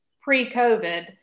pre-COVID